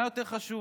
מה יותר חשוב?